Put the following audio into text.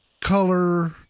color